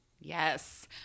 Yes